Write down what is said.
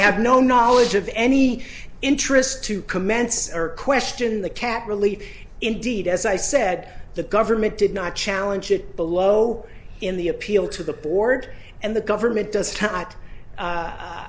have no knowledge of any interest to commence or question the cat really indeed as i said the government did not challenge it below in the appeal to the board and the government does